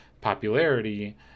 popularity